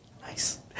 Nice